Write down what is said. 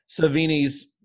Savini's